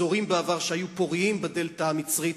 אזורים שהיו בעבר פוריים בדלתא המצרית,